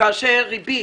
כאשר ריבית